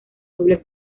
doble